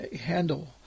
handle